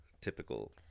typical